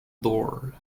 door